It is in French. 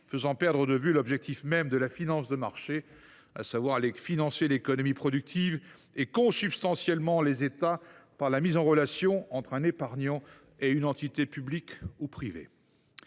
faisant perdre de vue l’objectif même de la finance de marché : le financement de l’économie productive et, consubstantiellement, des États, par la mise en relation entre un épargnant et une entité publique ou privée.